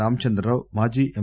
రామచంద్రరావు మాజీ ఎం